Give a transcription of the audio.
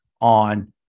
on